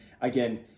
again